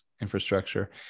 infrastructure